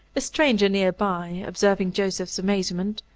a stranger near by, observing joseph's amazement,